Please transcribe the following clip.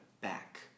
back